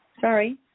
Sorry